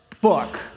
book